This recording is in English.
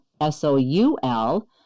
S-O-U-L